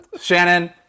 Shannon